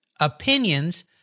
opinions